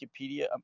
Wikipedia